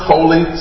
Holy